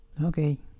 Okay